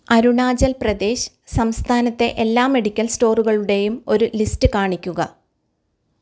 അരുണാചൽ പ്രദേശ് സംസ്ഥാനത്തെ എല്ലാ മെഡിക്കൽ സ്റ്റോറുകളുടെയും ഒരു ലിസ്റ്റ് കാണിക്കുക